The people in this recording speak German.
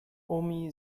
omi